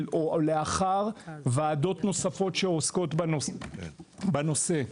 או לאחר ועדות נוספות שעוסקות בנושא.